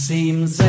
Seems